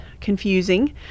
confusing